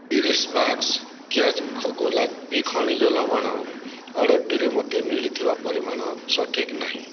ତିରିଶ ବାକ୍ସ କ୍ୟାଚ୍ ଗୋଲାପୀ ଖଣିଜ ଲବଣ ଅର୍ଡ଼ରଟିରେ ମୋତେ ମିଳିଥିବା ପରିମାଣ ସଠିକ ନାହିଁ